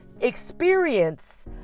experience